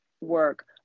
work